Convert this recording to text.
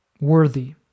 worthy